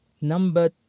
number